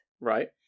right